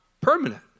permanent